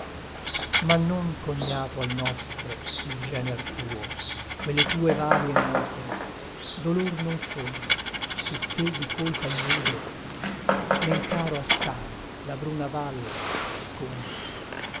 ma non cognato al nostro il gener tuo quelle tue varie note dolor non forma e te di colpa ignudo men caro assai la bruna valle asconde